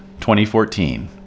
2014